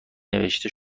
نوشته